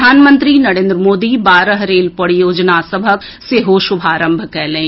प्रधानमंत्री नरेन्द्र मोदी बारह रेल परियोजना सभक सेहो शुभारंभ कयलनि